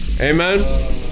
amen